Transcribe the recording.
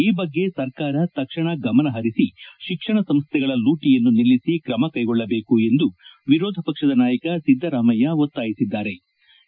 ಈ ಬಗ್ಗೆ ಸರ್ಕಾರ ತಕ್ಷಣ ಗಮನಹರಿಸಿ ಶಿಕ್ಷಣ ಸಂಸ್ಥೆಗಳ ಲೂಟಿಯನ್ನು ನಿಲ್ಲಿಸಿ ತ್ರಮಕ್ಕೆಗೊಳ್ಳಬೇಕು ಎಂದು ವಿರೋಧ ಪಕ್ಷದ ನಾಯಕ ಸಿದ್ಗರಾಮಯ್ಯ ಒತ್ತಾಯಿಸಿದ್ಗಾರೆ